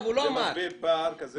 מסביר פער כזה גדול?